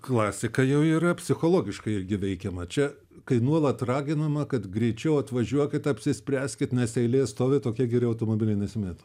klasika jau yra psichologiškai irgi veikiama čia kai nuolat raginama kad greičiau atvažiuokit apsispręskit nes eilė stovi tokie geri automobiliai nesimėto